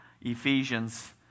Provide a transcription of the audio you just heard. Ephesians